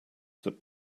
that